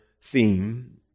theme